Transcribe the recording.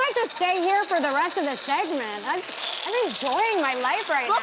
just stay here for the rest of the segment, i'm enjoying my life right